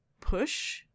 push